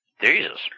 Jesus